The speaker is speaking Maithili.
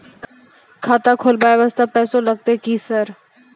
खाता खोलबाय वास्ते पैसो लगते की सर?